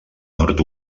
nord